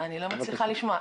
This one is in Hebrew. אני לא מצליחה לשמוע.